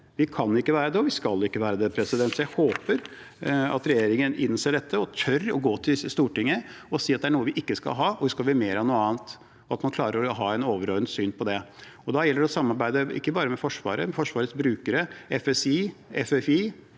Vi kan ikke være det, og vi skal ikke være det. Jeg håper at regjeringen innser dette og tør å gå til Stortinget og si at det er noe vi ikke skal ha, og at det skal bli mer av noe annet – at man klarer å ha et overordnet syn på det. Da gjelder det å samarbeide med ikke bare Forsvaret, men også Forsvarets brukere, Forsvars-